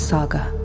Saga